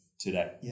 today